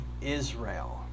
Israel